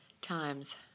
times